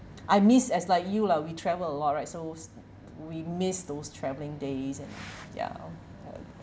I miss as like you lah we travel a lot right so s~ we miss those traveling days and ya